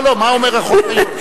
לא, מה אומר החוק היום?